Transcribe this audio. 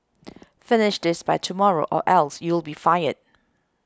finish this by tomorrow or else you'll be fired